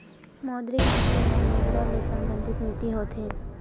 मौद्रिक नीति ह मुद्रा ले संबंधित नीति होथे